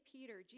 Peter